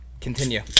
continue